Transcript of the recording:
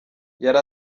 yari